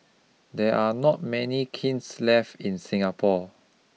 there are not many kilns left in Singapore